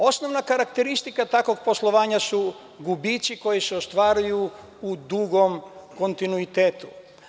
Osnovna karakteristika takvog poslovanja su gubici koji se ostvaruju u dugom kontinuitetu.